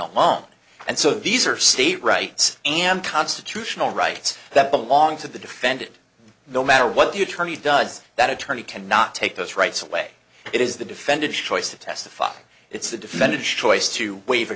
alone and so these are state rights and constitutional rights that belong to the defended no matter what the attorney does that attorney cannot take those rights away it is the defendant's choice to testify it's the defendant's choice to waive a